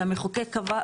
שהמחוקק קבע,